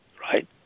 right